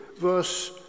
verse